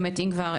אם כבר,